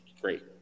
Great